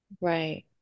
right